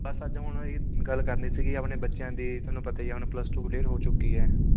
ਬਸ ਅੱਜ ਹੁਣ ਵਾਲੀ ਗੱਲ ਕਰਨੀ ਸੀਗੀ ਆਪਣੇ ਬੱਚਿਆਂ ਦੀ ਤੁਹਾਨੂੰ ਪਤਾ ਹੀ ਹੈ ਹੁਣ ਪਲੱਸ ਟੂ ਕਲੀਅਰ ਹੋ ਚੁੱਕੀ ਹੈ